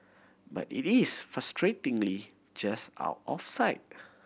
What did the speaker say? but it is frustratingly just out of sight